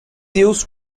used